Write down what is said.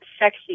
Sexy